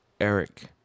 Eric